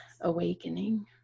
awakening